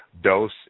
dose